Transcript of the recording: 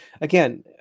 again